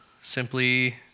simply